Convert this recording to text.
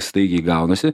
staigiai gaunasi